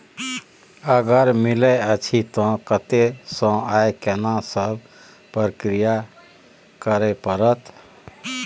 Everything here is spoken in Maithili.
अगर मिलय अछि त कत्ते स आ केना सब प्रक्रिया करय परत?